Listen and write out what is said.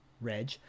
Reg